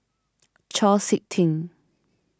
Chau Sik Ting